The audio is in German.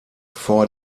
vor